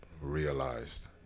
realized